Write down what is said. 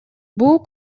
бул